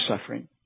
suffering